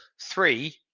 Three